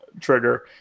trigger